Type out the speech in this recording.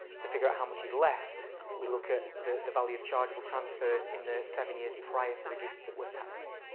to figure out how much is left we look at the the value of chargeable transfers in the seven years prior to the gift that we're taxing.